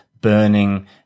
burning